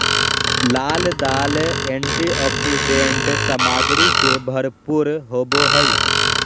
लाल दाल एंटीऑक्सीडेंट सामग्री से भरपूर होबो हइ